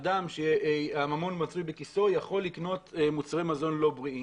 אדם שהממון מצוי בכיסו יכול לקנות מוצרי מזון לא בריאים,